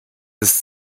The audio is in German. ist